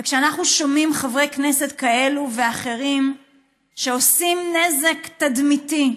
וכשאנחנו שומעים חברי כנסת כאלו ואחרים שעושים נזק תדמיתי,